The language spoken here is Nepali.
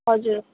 हजुर